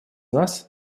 нас